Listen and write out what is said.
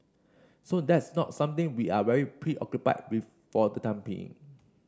so that's not something we are very preoccupied with for the time being